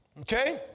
Okay